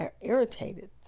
irritated